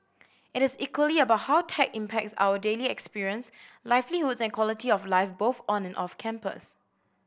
it is equally about how tech impacts our daily experience livelihoods and quality of life both on and off campus